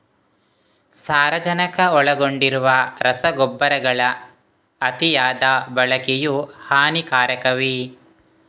ಸಾರಜನಕ ಒಳಗೊಂಡಿರುವ ರಸಗೊಬ್ಬರಗಳ ಅತಿಯಾದ ಬಳಕೆಯು ಹಾನಿಕಾರಕವೇ?